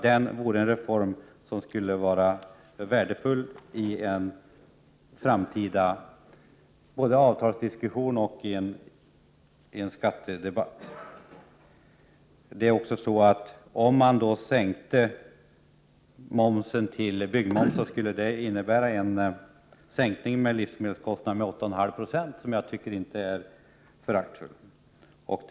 Det vore en värdefull reform både i en framtida avtalsdiskussion och i en skattedebatt. Om man sänkte momsen till byggmomsnivå skulle det innebära en sänkning av livsmedelskostnaderna med 8,5 96, vilket inte är att förakta.